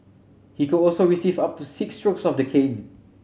he could also receive up to six strokes of the cane